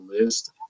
list